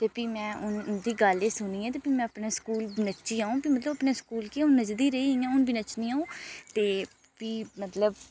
ते फ्ही में उं'दी गल्ल गी सुनियै ते मैं अपने स्कूल नच्ची अ'ऊं ते फ्ही स्कूल ते मतलब अपने स्कूल गी नच्चदी रेही इ'यां ते हून बी नच्चनी अ'ऊं ते फ्ही मतलब